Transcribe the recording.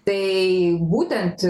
tai būtent